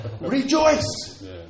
Rejoice